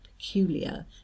peculiar